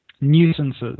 nuisances